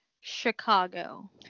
Chicago